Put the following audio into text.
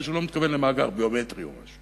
שהוא לא מתכוון למאגר ביומטרי או משהו,